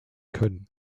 können